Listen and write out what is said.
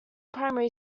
primary